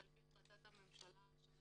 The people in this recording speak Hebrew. לפי החלטת הממשלה, זה